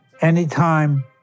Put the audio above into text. anytime